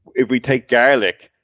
if we take garlic,